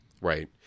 Right